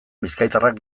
bizkaitarrak